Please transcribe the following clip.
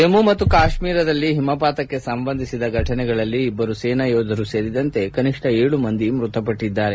ಜಮ್ನು ಮತ್ತು ಕಾಶ್ಮೀರದಲ್ಲಿ ಹಿಮಪಾತಕ್ಷೆ ಸಂಬಂಧಿಸಿದ ಫಟನೆಗಳಲ್ಲಿ ಇಬ್ಲರು ಸೇನಾ ಯೋಧರು ಸೇರಿದಂತೆ ಕನಿಷ್ಟ ಏಳು ಮಂದಿ ಮೃತಪಟ್ಟದ್ದಾರೆ